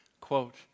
Quote